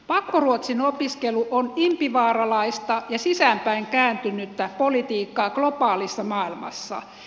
pakkoruotsin opiskelu on impivaaralaista ja sisäänpäinkääntynyttä politiikkaa globaalissa maailmassa